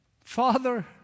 Father